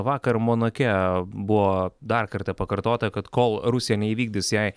vakar monake buvo dar kartą pakartota kad kol rusija neįvykdys jai